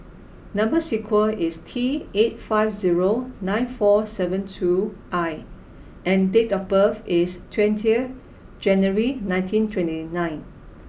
number sequence is T eight five zero nine four seven two I and date of birth is twenty January nineteen twenty nine